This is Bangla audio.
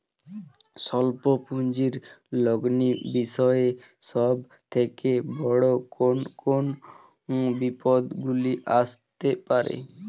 স্বল্প পুঁজির লগ্নি বিষয়ে সব থেকে বড় কোন কোন বিপদগুলি আসতে পারে?